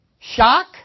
Shock